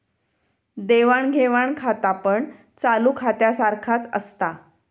देवाण घेवाण खातापण चालू खात्यासारख्याच असता